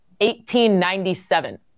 1897